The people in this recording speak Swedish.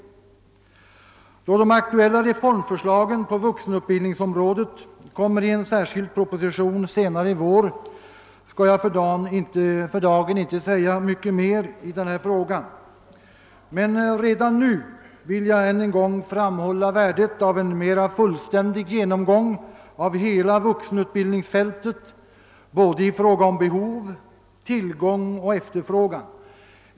Då de aktuella förslagen på vuxenutbildningsområdet kommer att framläggas i en särskild proposition senare i vår, skall jag för dagen inte säga mycket mer i denna fråga. Men redan nu vill jag än en gång framhålla behovet av en mera fullständig genomgång av hela vuxenutbildningsfältet i fråga om behov, tillgång och efterfrågan.